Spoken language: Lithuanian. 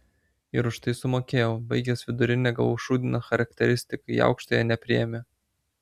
ir už tai sumokėjau baigęs vidurinę gavau šūdiną charakteristiką į aukštąją nepriėmė